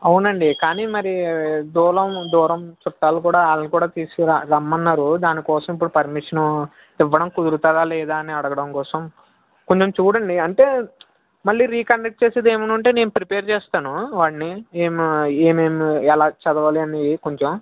అవునండి కాని మరీ దూలం దూరం చుట్టాలు కూడా వాళ్ళు కూడా తీసుకురమ్మన్నారు దాని కోసం ఇప్పుడు పర్మిషను ఇవ్వడం కుదురుతుందా లేదా అని అడగటం కోసం కొంచెం చూడండి అంటే మళ్ళి రీకండక్ట్ చేసేది ఏమైనా ఉంటే నేను ప్రిపేర్ చేస్తాను వాణ్ణి ఎమ్ ఏమేమి ఎలా చదవాలి అనేది కొంచెం